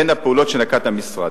בין הפעולות שנקט המשרד: